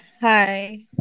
Hi